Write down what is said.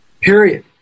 Period